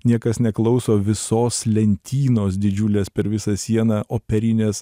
niekas neklauso visos lentynos didžiulės per visą sieną operinės